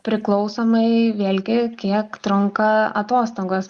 priklausomai vėlgi kiek trunka atostogos